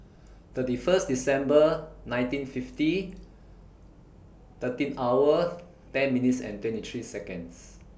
thirty First December nineteen fifty thirteen hour ten minutes and twenty three Seconds